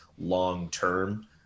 long-term